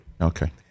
Okay